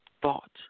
Thought